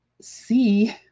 see